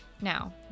Now